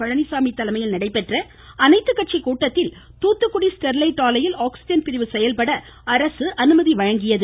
பழனிசாமி தலைமையில் நடைபெற்ற அனைத்து கட்சி கூட்டத்தில் தூத்துகுடி ஸ்டெர்லைட் ஆலையில் ஆக்சிஜன் பிரிவு செயல்பட அரசு அனுமதி வழங்கியுள்ளது